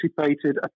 anticipated